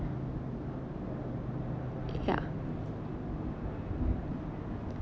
ya